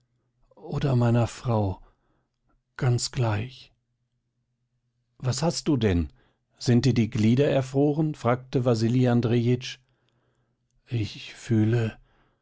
oder meiner frau ganz gleich was hast du denn sind dir die glieder erfroren fragte wasili andrejitsch ich fühle